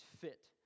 fit